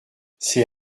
c’est